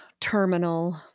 terminal